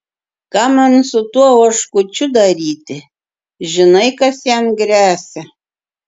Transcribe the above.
ką man su tuo oškučiu daryti žinai kas jam gresia